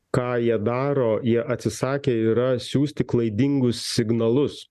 ką jie daro jie atsisakę yra siųsti klaidingus signalus